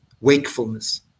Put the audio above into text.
wakefulness